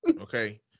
Okay